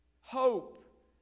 Hope